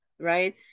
right